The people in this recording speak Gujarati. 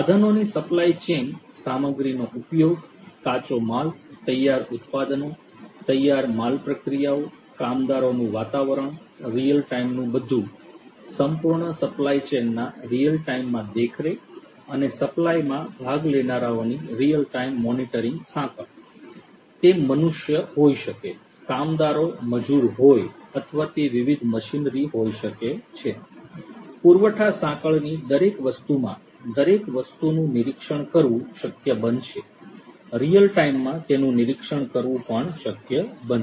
સાધનોની સપ્લાય ચેન સામગ્રીનો ઉપયોગ કાચા માલ તૈયાર ઉત્પાદનો તૈયાર માલ પ્રક્રિયાઓ કામદારોનું વાતાવરણ રીઅલ ટાઇમનું બધું સંપૂર્ણ સપ્લાય ચેઇનના રીઅલ ટાઇમમાં દેખરેખ અને સપ્લાયમાં ભાગ લેનારાઓની રીઅલ ટાઇમ મોનિટરિંગ સાંકળ તે મનુષ્ય હોઈ શકે કામદારો મજૂર હોય અથવા તે વિવિધ મશીનરી હોઈ શકે પુરવઠા સાંકળની દરેક વસ્તુમાં દરેક વસ્તુનું નિરીક્ષણ કરવું શક્ય બનશે રીઅલ ટાઇમમાં તેનું નિરીક્ષણ કરવું શક્ય બનશે